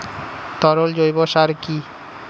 তরল জৈব সার কি?